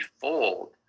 fold